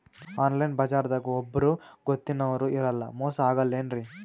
Online ಬಜಾರದಾಗ ಒಬ್ಬರೂ ಗೊತ್ತಿನವ್ರು ಇರಲ್ಲ, ಮೋಸ ಅಗಲ್ಲೆನ್ರಿ?